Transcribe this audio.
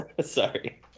Sorry